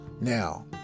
Now